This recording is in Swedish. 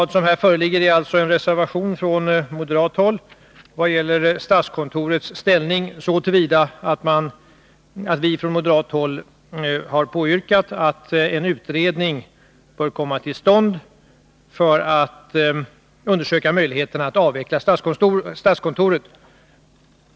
Det föreligger här en reservation från moderat håll vad gäller statskontorets ställning, så till vida att vi moderater har påyrkat att en utredning skall komma till stånd för att undersöka möjligheterna att avveckla statskontoret.